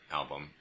album